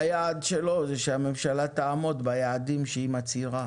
והיעד שלו זה שהממשלה תעמוד ביעדים שהיא מצהירה,